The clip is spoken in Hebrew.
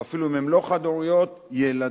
או אפילו אם הן לא חד-הוריות, ילדים.